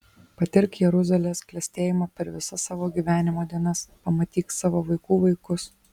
patirk jeruzalės klestėjimą per visas savo gyvenimo dienas pamatyk savo vaikų vaikus